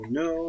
no